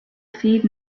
feed